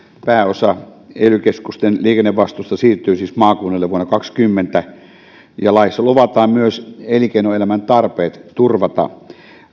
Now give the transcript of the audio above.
pääosa ely keskusten liikennevastuusta siirtyy siis maakunnille vuonna kaksikymmentä laissa luvataan myös elinkeinoelämän tarpeet turvata